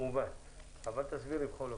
מובן אבל תסבירי בכל אופן.